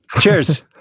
Cheers